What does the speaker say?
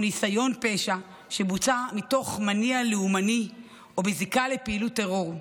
ניסיון פשע שבוצע מתוך מניע לאומני או בזיקה לפעילות טרור.